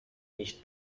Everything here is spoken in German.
nicht